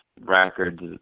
records